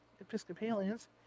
episcopalians